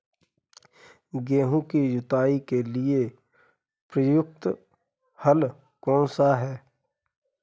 गेहूँ की जुताई के लिए प्रयुक्त हल कौनसा है?